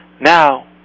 Now